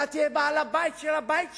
אתה תהיה בעל-הבית של הבית שלך,